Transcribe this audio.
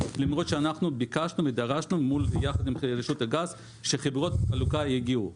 למרות שביקשנו ודרשנו יחד עם רשות הגז שחברות החלוקה יגיעו.